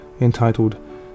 entitled